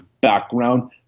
background